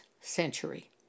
century